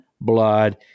blood